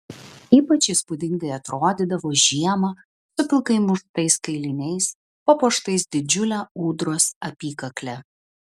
ypač įspūdingai atrodydavo žiemą su pilkai muštais kailiniais papuoštais didžiule ūdros apykakle